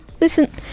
Listen